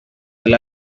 del